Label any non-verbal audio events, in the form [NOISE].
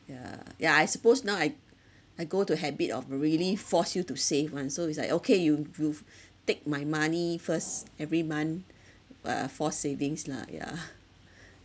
yeah yeah I suppose now I I go to habit of m~ really force you to save [one] so it's like okay you you f~ take my money first every month uh forced savings lah yeah [LAUGHS]